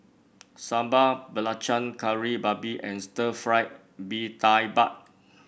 Sambal Belacan Kari Babi and Stir Fry Mee Tai Mak